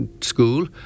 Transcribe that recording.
school